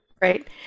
right